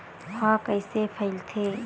ह कइसे फैलथे?